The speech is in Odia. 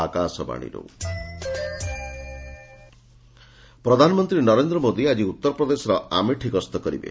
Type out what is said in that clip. ପିଏମ୍ ଆମେଠି ପ୍ରଧାନମନ୍ତ୍ରୀ ନରେନ୍ଦ୍ର ମୋଦି ଆଜି ଉତ୍ତରପ୍ରଦେଶର ଆମେଠି ଗସ୍ତ କରିବେ